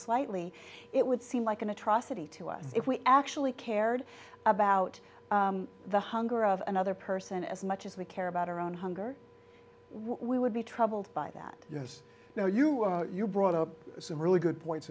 slightly it would seem like an atrocity to us if we actually cared about the hunger of another person as much as we care about our own hunger we would be troubled by that yes now you you brought up some really good points